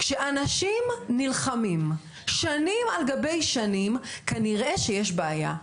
כשאנשים נלחמים שנים על גבי שנים כנראה שיש בעיה,